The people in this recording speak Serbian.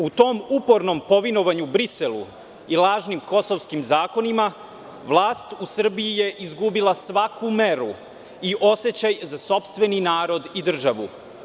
U tom upornom povinovanju Briselu i lažnim kosovskim zakonima, vlast u Srbiji je izgubila svaku meru i osećaj za sopstveni narod i državu.